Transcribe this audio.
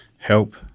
help